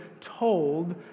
told